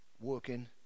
working